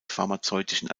pharmazeutischen